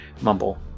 Mumble